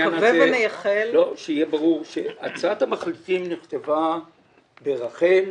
שיהיה ברור, שהצעת המחליטים נכתבה ברח"ל,